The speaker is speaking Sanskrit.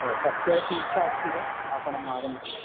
ओ तस्यपि इच्छा अस्ति वा आपणम् आगन्तुम्